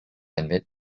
admit